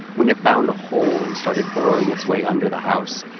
when it found a hole and started burrowing its way under the house,